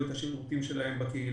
את השירותים שהם זקוקים להם בקהילה,